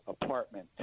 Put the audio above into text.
apartment